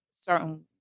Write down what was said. certain